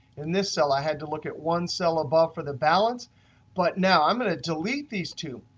in this cell, i had to look at one cell above for the balance but now, i'm going to delete these two.